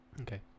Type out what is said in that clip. Okay